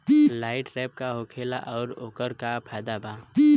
Light trap का होखेला आउर ओकर का फाइदा बा?